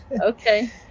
okay